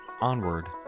onward